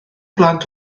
blant